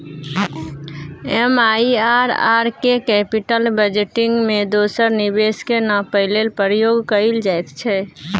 MIRR केँ capital budgeting मे दोसर निबेश केँ नापय लेल प्रयोग कएल जाइत छै